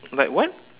like what